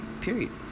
Period